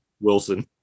Wilson